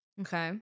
Okay